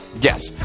yes